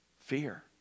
Fear